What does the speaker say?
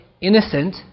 innocent